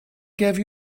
gave